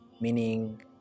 meaning